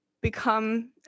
become